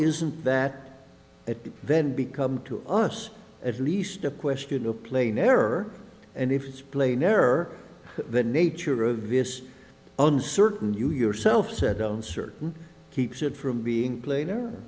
isn't that it then become to us at least a question of plain error and if it's plain or the nature of this uncertain you yourself said on certain keeps it from being played